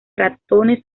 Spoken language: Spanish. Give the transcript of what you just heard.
ratones